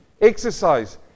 exercise